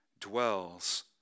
dwells